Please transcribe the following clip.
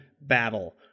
battle